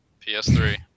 PS3